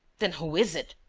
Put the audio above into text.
then who is it?